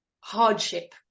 hardship